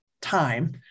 time